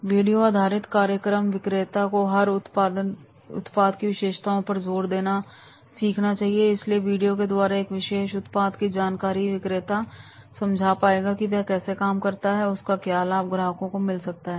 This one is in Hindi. वीडियो आधारित कार्यक्रम विक्रेता को हर उत्पाद की विशेषताओं पर ज़ोर देना सिखाता है इसलिए वीडियो के द्वारा एक विशेष उत्पाद की जानकारी विक्रेता समझा पाएगा की वह कैसे काम करता है और उसके क्या लाभ ग्राहकों को मिल सकते हैं